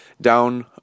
down